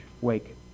wake